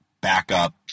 backup